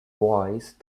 voice